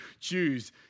choose